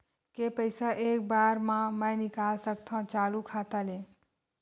के पईसा एक बार मा मैं निकाल सकथव चालू खाता ले?